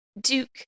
Duke